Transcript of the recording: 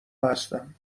هستم